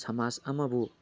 ꯁꯃꯥꯖ ꯑꯃꯕꯨ